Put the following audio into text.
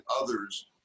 others